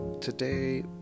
today